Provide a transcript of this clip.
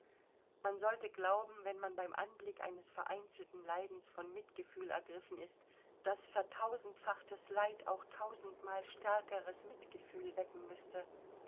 man sollte glauben wenn man beim anblick eines vereinzelten leidens von mitgefühl ergriffen ist daß vertausendfachtes leid auch tausendmal stärkeres mitgefühl wecken müßte